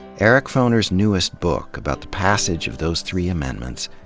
eric foner's newest book, about the passage of those three amendments,